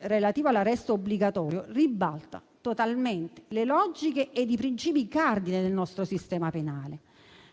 relativo all'arresto obbligatorio, ribalta infatti totalmente le logiche ed i principi cardine del nostro sistema penale.